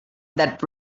that